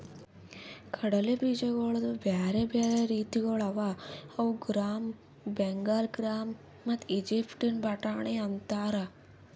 ಕಡಲೆ ಬೀಜಗೊಳ್ದು ಬ್ಯಾರೆ ಬ್ಯಾರೆ ರೀತಿಗೊಳ್ ಅವಾ ಅವು ಗ್ರಾಮ್, ಬೆಂಗಾಲ್ ಗ್ರಾಮ್ ಮತ್ತ ಈಜಿಪ್ಟಿನ ಬಟಾಣಿ ಅಂತಾರ್